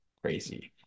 crazy